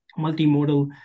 multimodal